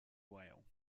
whale